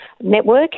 Network